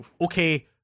okay